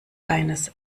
eines